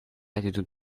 attitude